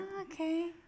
okay